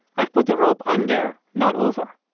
i've put the rope under, not over.